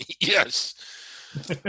Yes